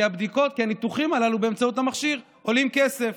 כי הניתוחים הללו באמצעות המכשיר עולים כסף,